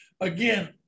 Again